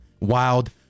Wild